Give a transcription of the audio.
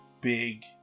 big